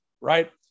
right